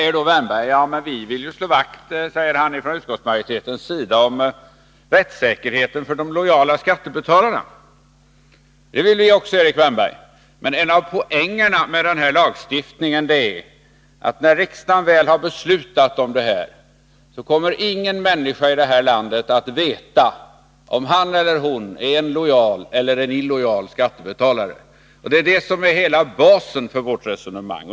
Erik Wärnberg säger: Utskottsmajoriteten vill slå vakt om rättssäkerheten för de lojala skattebetalarna. Det vill vi också, Erik Wärnberg! Men en av poängerna med denna lagstiftning är att när riksdagen väl har beslutat om den kommer ingen människa i detta land att veta om han eller hon är en lojal eller en illojal skattebetalare. Det är det som är hela basen för vårt resonemang.